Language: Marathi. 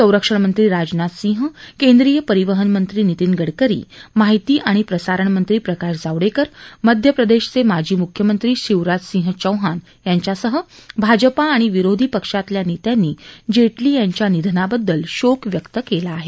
संरक्षण मंत्री राजनाथ सिंह केंद्रीय परिवहन मंत्री नितीन गडकरी माहिती आणि प्रसारणमंत्री प्रकाश जावडेकर मध्य प्रदेशचे माजी म्ख्यमंत्री शिवराज सिंह चौहान यांच्यासह भाजपा आणि विरोधी पक्षातल्या नेत्यांनी जेटली यांच्या निधनाबद्दल शोक व्यक्त केला आहे